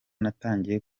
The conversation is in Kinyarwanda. natangiye